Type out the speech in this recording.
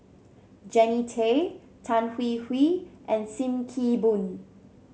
Jannie Tay Tan Hwee Hwee and Sim Kee Boon